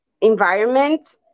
environment